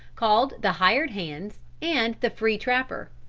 called the hired hand, and the free trapper.